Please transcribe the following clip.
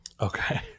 Okay